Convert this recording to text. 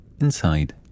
Inside